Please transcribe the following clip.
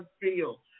feel